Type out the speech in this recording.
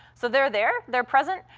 so they're there. they're present.